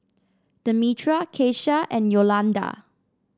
Demetra Kesha and Yolanda